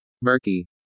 murky